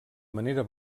manera